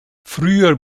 früher